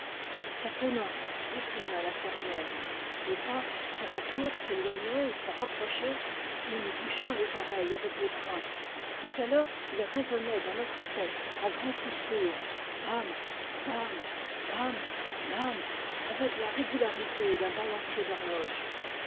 certes non continua la fermière le pas tour à tour s'éloignait et se rapprochait nous nous bouchions les oreilles avec les poings mais alors il résonnait dans notre tête à grands coups sourds bam bam bam bam avec la régularité d'un balancier d'horloge